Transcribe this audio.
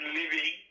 living